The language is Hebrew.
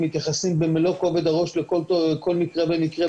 מתייחסים במלוא כובד הראש לכל מקרה ומקרה,